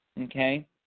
Okay